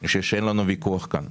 ואני חושב שאין לנו ויכוח כאן.